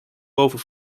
boven